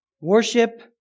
Worship